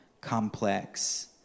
complex